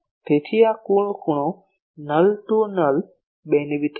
તેથી આ કુલ ખૂણો નલ ટુ નલ બીમવિડ્થ છે